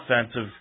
offensive